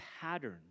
pattern